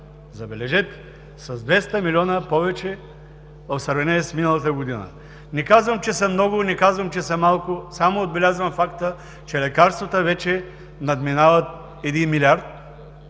забележете, с 200 милиона повече в сравнение с миналата година. Не казвам, че са много, не казвам, че са малко, само отбелязвам факта, че лекарствата вече надминават един милиард